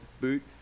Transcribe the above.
boot